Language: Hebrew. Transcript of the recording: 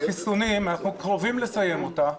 עם החיסונים אנחנו קרובים לסיים אותה,